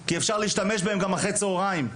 כי אפשר להשתמש בהם גם אחרי צהריים.